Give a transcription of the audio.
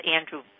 Andrew